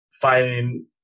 finding